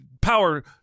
power